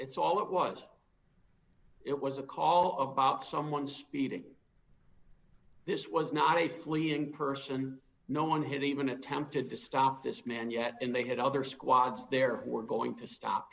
it's all it was it was a call of about someone speeding this was not a fleeing person and no one had even attempted to stop this man yet and they had other squads there were going to stop